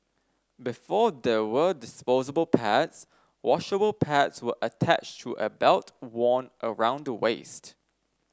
before there were disposable pads washable pads were attached to a belt worn around the waist